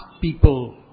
people